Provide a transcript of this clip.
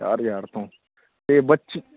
ਚਾਰ ਹਜ਼ਾਰ ਤੋਂ ਅਤੇ ਬੱਚ